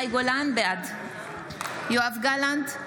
בעד יואב גלנט,